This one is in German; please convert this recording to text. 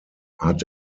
hat